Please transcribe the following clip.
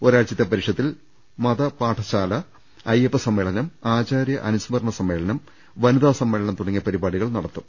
ഒരാഴ്ചത്തെ പരിഷത്തിൽ മതപാഠശാല അയ്യപ്പ സമ്മേളനം ആചാര്യ അനുസ്മരണ സമ്മേളനം വനിതാ സമ്മേളനം തുടങ്ങിയ പരിപാടികൾ നടക്കും